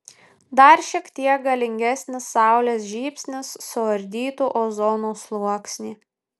dar šiek tiek galingesnis saulės žybsnis suardytų ozono sluoksnį